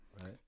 right